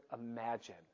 imagine